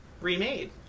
remade